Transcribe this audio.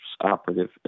operative